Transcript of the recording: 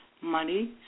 money